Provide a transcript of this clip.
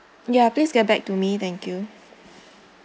ya please get back to me thank you